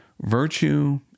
virtue